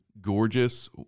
gorgeous